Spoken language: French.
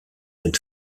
une